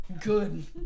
Good